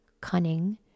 cunning